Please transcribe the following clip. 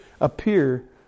appear